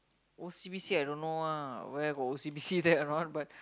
O_C_B_C I don't know where got O_C_B_C there around